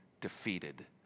defeated